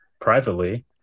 privately